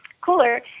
cooler